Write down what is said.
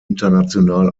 international